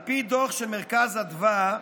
על פי דוח של מרכז אדוה,